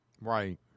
Right